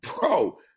Bro